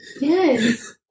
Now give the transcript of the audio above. Yes